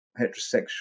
heterosexual